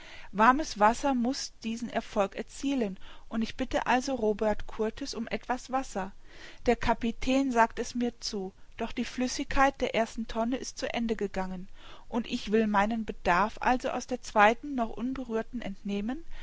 warmes wasser muß diesen erfolg erzielen und ich bitte also robert kurtis um etwas wasser der kapitän sagt es mir zu doch die flüssigkeit der ersten tonne ist zu ende gegangen und ich will meinen bedarf also aus der zweiten noch unberührten entnehmen